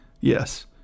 Yes